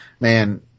man